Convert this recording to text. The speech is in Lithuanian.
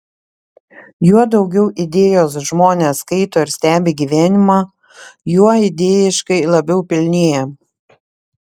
juo daugiau idėjos žmonės skaito ir stebi gyvenimą juo idėjiškai labiau pilnėja